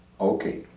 Okay